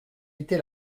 était